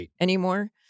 anymore